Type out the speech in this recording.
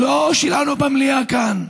לא שלנו במליאה כאן.